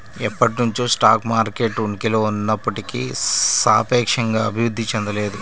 ఎప్పటినుంచో stock market ఉనికిలో ఉన్నప్పటికీ సాపేక్షంగా అభివృద్ధి చెందలేదు